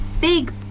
big